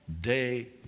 day